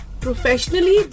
Professionally